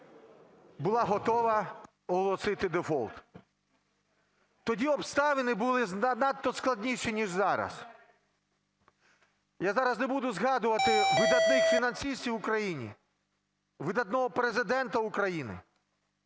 була готова оголосити дефолт. Тоді обставини були надто складніші, ніж зараз. Я зараз не буду згадувати видатних фінансистів України, видатного Президента України,